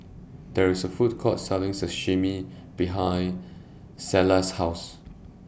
There IS A Food Court Selling Sashimi behind Selah's House